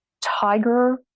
tiger